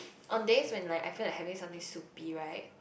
on days when I effort and having soupy right